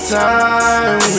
time